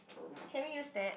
can we use that